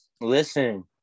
listen